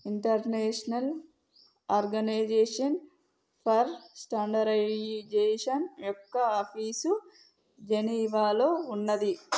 international organisation for standardisation యొక్క office జెనీవాలో ఉన్నాది